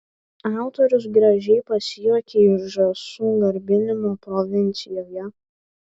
autorius gražiai pasijuokia iš žąsų garbinimo provincijoje